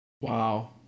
Wow